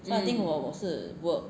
so I think 我是 work